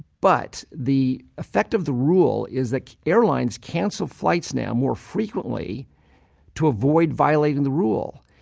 but the effect of the rule is that airlines cancel flights now more frequently to avoid violating the rule.